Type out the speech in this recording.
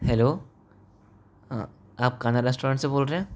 hello आप Kanha restaurant से बोल रहे हैं